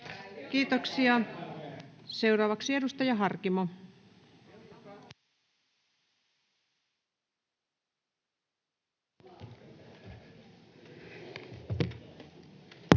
Kiitoksia. — Seuraavaksi edustaja Harkimo. Arvoisa